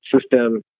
system